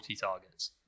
targets